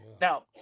Now